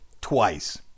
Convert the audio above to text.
twice